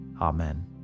Amen